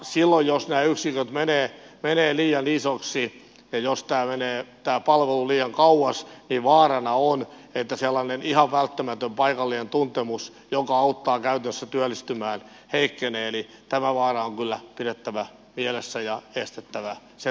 silloin jos nämä yksiköt menevät liian isoiksi ja jos tämä palvelu menee liian kauas vaarana on että sellainen ihan välttämätön paikallinen tuntemus joka auttaa käytännössä työllistymään heikkenee eli tämä vaara on kyllä pidettävä mielessä ja estettävä sen toteutuminen